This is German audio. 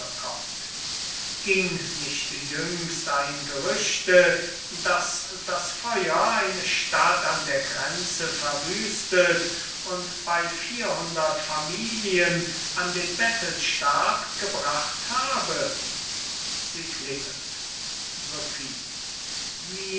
ging nicht jüngst ein gerücht daß das feuer eine stadt an der grenze verwüstet und bei vierhundert familien an den bettelstab gebracht habe sie klingelt sophie wie